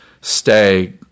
stay